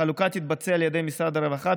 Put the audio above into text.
החלוקה תתבצע על ידי משרד הרווחה,